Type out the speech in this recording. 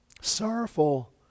Sorrowful